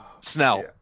snell